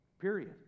period